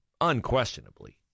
unquestionably